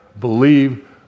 believe